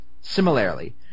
Similarly